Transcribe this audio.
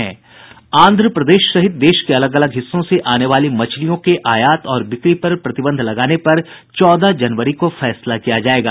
आंध्रप्रदेश सहित देश के अलग अलग हिस्सों से आने वाली मछलियों के आयात और बिक्री पर प्रतिबंध लगाने पर चौदह जनवरी को फैसला किया जायेगा